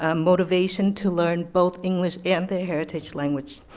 um motivation to learn both english and their heritage language.